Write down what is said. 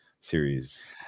series